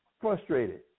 frustrated